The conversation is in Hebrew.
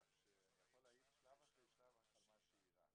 כך שאני יכול להעיד שלב אחרי שלב על מה שאירע.